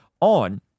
on